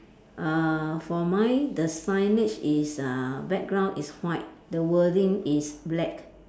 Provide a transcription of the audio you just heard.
uh for mine the signage is uh background is white the wording is black